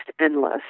endless